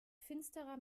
finsterer